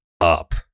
Up